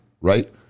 right